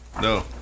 No